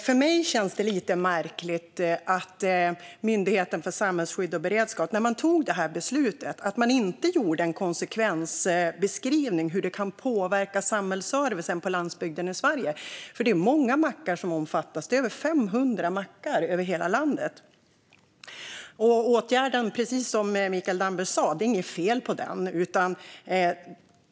För mig känns det lite märkligt att Myndigheten för samhällsskydd och beredskap när man tog detta beslut inte gjorde en konsekvensbeskrivning av hur det kunde påverka samhällsservicen på landsbygden i Sverige. Det är många mackar som omfattas, över 500 över hela landet. Precis som Mikael Damberg sa är det inget fel på åtgärden.